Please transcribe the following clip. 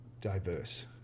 diverse